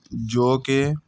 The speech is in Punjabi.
ਜੋ ਕਿ